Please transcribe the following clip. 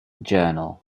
journal